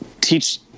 teach